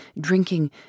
drinking